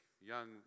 young